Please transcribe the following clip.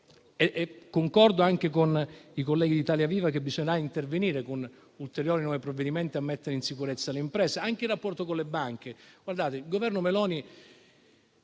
Concordo anche con i colleghi di Italia Viva sul fatto che bisognerà intervenire con ulteriori nuovi provvedimenti per mettere in sicurezza le imprese e rispetto al rapporto con le banche. Il Governo Meloni,